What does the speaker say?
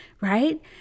Right